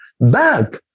back